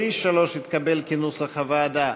סעיף 3 התקבל כנוסח הוועדה.